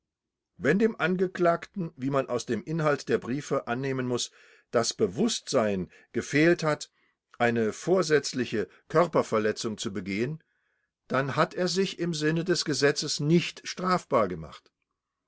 wenn dem angeklagten wie man aus dem inhalt der briefe annehmen muß das bewußtsein gefehlt hat eine vorsätzliche körperverletzung zu begehen dann hat er sich im sinne des gesetzes nicht strafbar gemacht